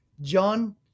John